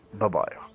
Bye-bye